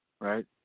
right